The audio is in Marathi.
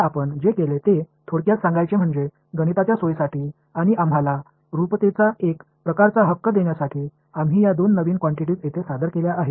तर आपण जे केले ते थोडक्यात सांगायचे म्हणजे गणिताच्या सोयीसाठी आणि आम्हाला समरूपतेचा एक प्रकारचा हक्क देण्यासाठी आम्ही या दोन नवीन क्वांटिटिस येथे सादर केल्या आहेत